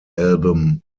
album